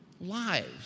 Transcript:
lives